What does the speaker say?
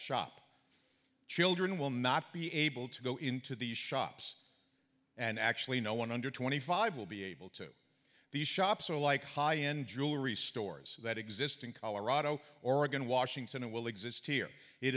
shop children will not be able to go into these shops and actually no one under twenty five will be able to these shops are like high end jewelry stores that exist in colorado oregon washington and will exist here it